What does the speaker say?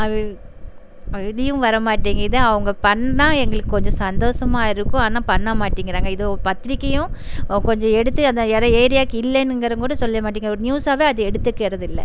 அது வெளியேவும் வர மாட்டேங்குது அவங்க பண்ணால் எங்களுக்கு கொஞ்சம் சந்தோஷமா இருக்கும் ஆனால் பண்ண மாட்டிங்கிறாங்க இதை பத்திரிக்கையும் கொஞ்சம் எடுத்து அந்த ஏரி ஏரியாவுக்கு இல்லைன்னுங்கிறம் கூட சொல்ல மாட்டிங்க ஒரு நியூஸாகவே அதை எடுத்துக்கிறதில்லை